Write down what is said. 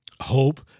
hope